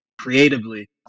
creatively